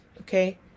okay